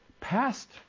passed